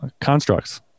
constructs